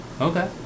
Okay